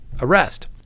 arrest